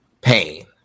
pain